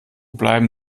bleiben